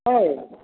ହଏ